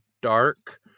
dark